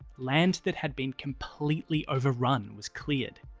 land that had been completely overrun was cleared.